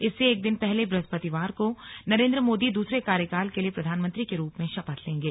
इससे एक दिन पहले ब्रहस्पतिवार को नरेन्द्र मोदी दूसरे कार्यकाल के लिए प्रधानमंत्री के रूप में शपथ लेंगे